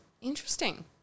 Interesting